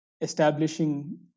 establishing